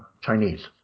Chinese